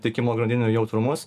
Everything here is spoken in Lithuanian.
tiekimo grandinių jautrumus